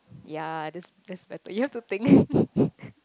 ya that's that's better you have to think